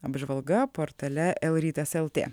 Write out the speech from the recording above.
apžvalga portale lrytas lt